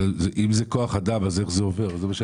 אם זה כוח אדם, איך זה עובר.